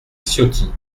ciotti